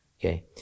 Okay